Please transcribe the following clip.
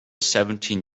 seventeen